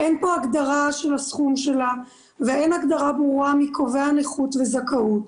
אין פה הגדרה של הסכום שלה ואין הגדרה ברורה מי קובע נכות וזכאות.